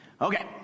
Okay